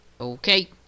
Okay